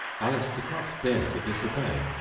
alice did not dare to disobey,